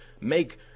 make